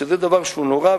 שזה דבר שהוא נורא,